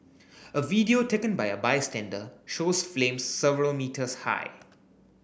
a video taken by a bystander shows flames several metres high